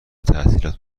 تعطیلات